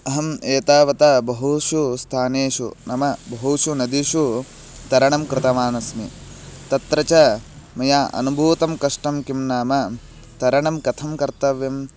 अहम् एतावता बहुषु स्थानेषु नाम बहुषु नदीषु तरणं कृतवान् अस्मि तत्र च मया अनुभूतं कष्टं किं नाम तरणं कथं कर्तव्यं